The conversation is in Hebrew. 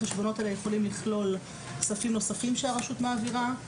החשבונות האלה יכולים לכלול כספים נוספים שהרשות מעבירה.